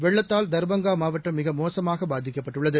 வெள்ளத்தால் தர்பங்காமாவட்டம் மிகமோசமாகபாதிக்கப்பட்டுள்ளது